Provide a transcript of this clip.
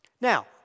Now